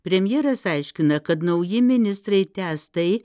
premjeras aiškina kad nauji ministrai tęs tai